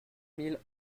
mille